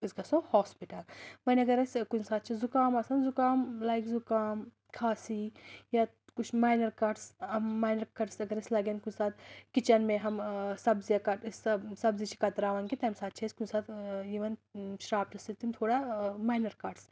أسۍ گژھو ہاسپِٹل وۄنۍ اگر أسۍ کُنہِ ساتہٕ چھِ زُکام آسان زُکام لایک زُکام کھانٛسی یا کچھ ماینر کَٹٕس ماینر کَٹٕس تہِ اگر أسۍ لَگن کُنہِ ساتہٕ کِچَن میں ہَم سبزیاں کَٹ أسۍ سبزی چھِ کَتراوان کیٚنٛہہ تَمہِ ساتہٕ چھِ اسہِ کُنہِ ساتہٕ ٲں یِوان شرٛاپچہٕ سۭتۍ تِم تھوڑا ٲں ماینَر کَٹٕس